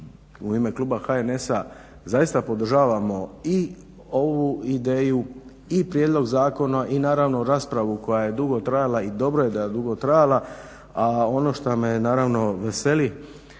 u ime kluba HNS-a zaista podržavamo i ovu ideju i prijedlog zakona i naravno raspravu koja je dugo trajala i dobro je da je dugo trajala. A ono što me naravno veseli,